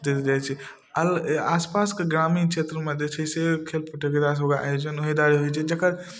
देल जाए छै अल आसपासके ग्रामीण क्षेत्रमे जे छै से खेल प्रतियोगितासबके आयोजन ओहि दुआरे होइ छै जकर